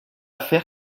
faire